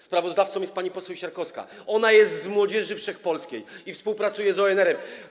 Sprawozdawcą jest pani poseł Siarkowska - ona jest z Młodzieży Wszechpolskiej i współpracuje z ONR-em.